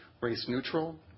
race-neutral